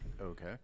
Okay